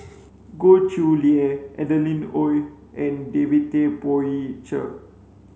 Goh Chiew Lye Adeline Ooi and David Tay Poey Cher